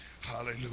Hallelujah